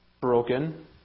broken